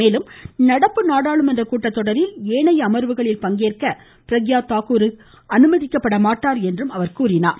மேலும் நடப்பு நாடாளுமன்றக் கூட்டத்தொடரில் ஏனைய அமர்வுகளில் பங்கேற்க பிரக்யாதாகூர் அனுமதிக்கப்பட மாட்டார் என்றும் தெரிவித்தார்